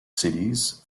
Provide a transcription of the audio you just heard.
cities